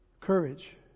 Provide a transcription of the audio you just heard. Courage